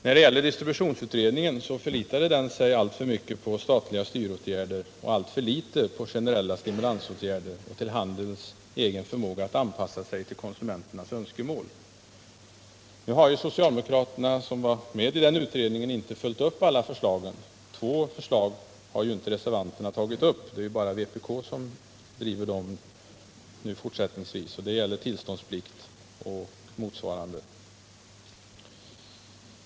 Vad beträffar distributionsutredningen förlitade den sig alltför mycket på statliga styråtgärder och alltför litet på generella stimulansåtgärder och på handelns egen förmåga att anpassa sig till konsumenternas önskemål. De socialdemokrater som var med i distributionsutredningen har inte heller följt upp alla förslag som lades fram där. Reservanterna har således inte tagit upp två av förslagen — det är bara vpk som fortsättningsvis driver dem — och de gäller tillståndsplikt och motsvarande frågor.